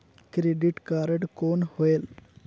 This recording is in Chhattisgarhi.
क्रेडिट कारड कौन होएल?